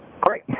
Great